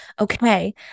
okay